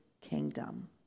kingdom